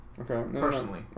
personally